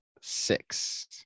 six